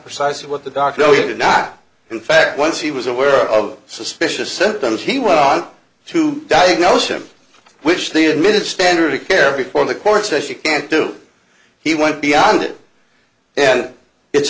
precisely what the doctor did not in fact once he was aware of suspicious symptoms he went on to diagnose him which they admitted standard of care before the court says you can't do he went beyond it and it's